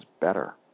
better